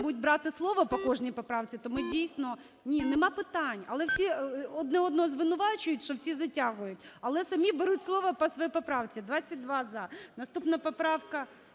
будуть брати слово по кожній поправці, то ми, дійсно… Ні, немає питань, але всі одне одного звинувачують, що всі затягують, але самі беруть слово по своїй поправці. 17:02:15 За-22 Наступна поправка…